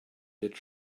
that